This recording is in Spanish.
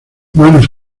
manos